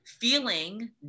feeling